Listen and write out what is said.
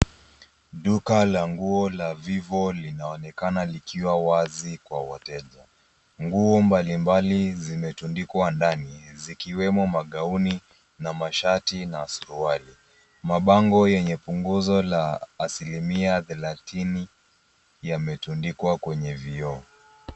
Duka la nguo la Vivo linaonekana likiwa wazi kwa wateja. Nguo mbalimbali zimetundikwa ndani zikiwemo magauni na mashati na suruali. Mabango yenye punguzo la asilimia thelatini yametundikwa kwenye vioo.